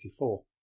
1984